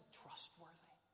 trustworthy